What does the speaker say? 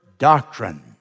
Doctrine